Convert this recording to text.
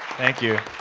thank you.